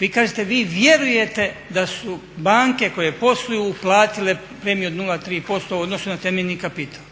vi kažete vi vjerujete da su banke koje posluju uplatile premiju od 0,3% u odnosu na temeljni kapital.